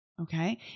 okay